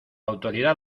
autoridad